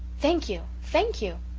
thank you thank you.